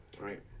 right